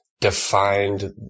defined